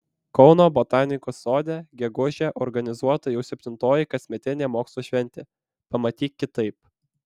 kauno botanikos sode gegužę organizuota jau septintoji kasmetinė mokslo šventė pamatyk kitaip